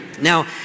Now